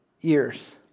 years